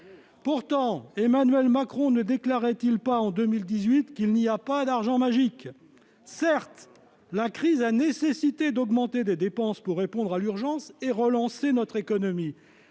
Pourtant, Emmanuel Macron ne déclarait-il pas en 2018, qu'« il n'y a pas d'argent magique »? Certes, la crise a nécessité d'augmenter certaines dépenses pour répondre à l'urgence et relancer notre économie.